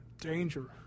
danger